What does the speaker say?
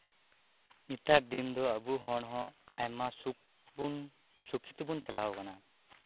ᱱᱮᱛᱟᱨ ᱫᱤᱱ ᱫᱚ ᱟᱵᱚ ᱦᱚᱲ ᱦᱚ ᱟᱭᱢᱟ ᱥᱩᱠ ᱵᱚᱱ ᱥᱩᱠᱷᱤ ᱛᱮᱵᱚᱱ ᱪᱟᱞᱟᱣ ᱟᱠᱟᱱᱟ